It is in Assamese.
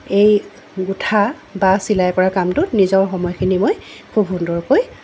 এই গোঁঠা বা চিলাই কৰা কামটো নিজৰ সময়খিনি মই খুব সুন্দৰকৈ